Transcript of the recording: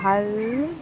ভাল